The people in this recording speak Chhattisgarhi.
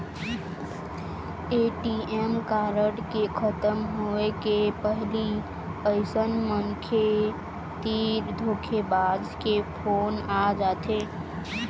ए.टी.एम कारड के खतम होए के पहिली अइसन मनखे तीर धोखेबाज के फोन आ जाथे